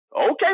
Okay